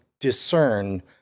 discern